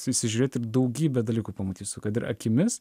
įsižiūrėt ir daugybę dalykų pamatysiu kad ir akimis